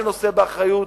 שנושא באחריות,